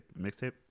Mixtape